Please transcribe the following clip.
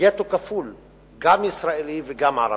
מגטו כפול: גם ישראלי וגם ערבי.